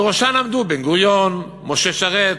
בראשן עמדו בן-גוריון, משה שרת,